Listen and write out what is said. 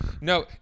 No